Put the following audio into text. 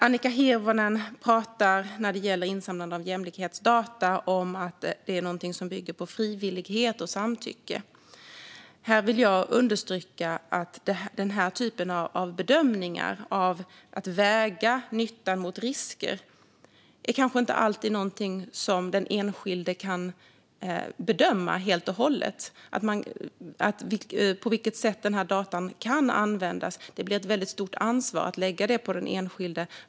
Annika Hirvonen pratar om att insamlande av jämlikhetsdata är någonting som bygger på frivillighet och samtycke. Men att väga nytta mot risker och avgöra hur sådana data kan användas är kanske inte alltid en bedömning som den enskilde kan göra helt och hållet. Det vill jag understryka.